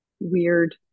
weird